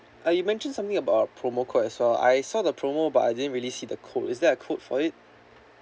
uh you mentioned something about promo code as well I saw the promo but I didn't really see the code is there a code for it